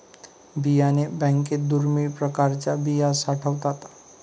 बियाणे बँकेत दुर्मिळ प्रकारच्या बिया साठवतात